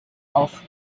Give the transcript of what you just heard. auf